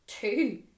two